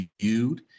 viewed